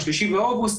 ב-3 באוגוסט,